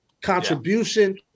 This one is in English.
contribution